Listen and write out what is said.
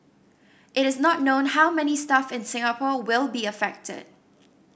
it is not known how many staff in Singapore will be affected